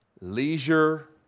leisure